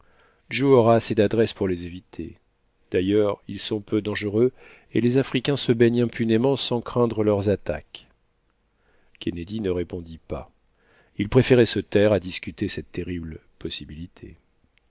joe aura assez d'adresse pour les éviter d'ailleurs ils sont peu dangereux et les africains se baignent impunément sans craindre leurs attaques kennedy ne répondit pas il préférait se taire à discuter cette terrible possibilité